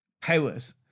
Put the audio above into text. powers